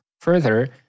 further